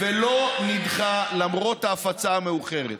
"ולא נדחה למרות ההפצה המאוחרת.